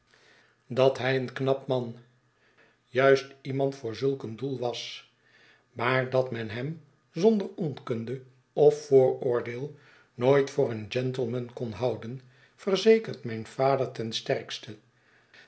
dat hij een knap man juist iemand voor zulk een doel was maar dat men hem zonder onkunde of vooroordeel nooit voor een gentleman kon houden verzekert mijn vader ten sterkste